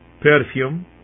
perfume